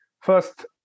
first